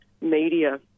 media